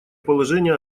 положение